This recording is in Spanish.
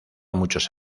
muchos